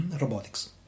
robotics